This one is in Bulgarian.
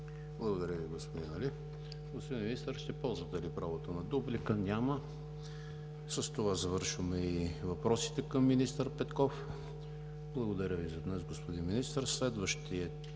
господин Али. Господин Министър, ще ползвате ли правото на дуплика? Няма. С това завършваме и въпросите към министър Петков. Благодаря Ви за днес, господин Министър. Следващият